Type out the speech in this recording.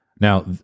Now